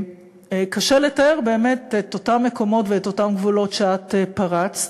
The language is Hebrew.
וקשה לתאר באמת את אותם מקומות ואת אותם גבולות שאת פרצת.